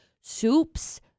soups